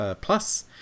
plus